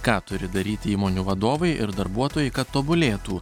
ką turi daryti įmonių vadovai ir darbuotojai kad tobulėtų